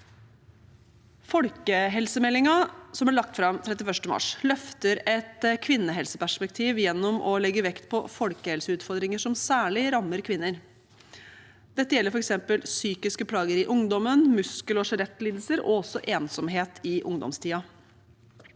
fram 31. mars, løfter et kvinnehelseperspektiv gjennom å legge vekt på folkehelseutfordringer som særlig rammer kvinner. Dette gjelder f.eks. psykiske plager i ungdommen, muskel- og skjelettlidelser og også ensomhet i ungdomstiden.